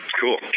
Cool